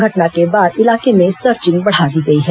घटना के बाद इलाके में सर्चिंग बढ़ा दी गई है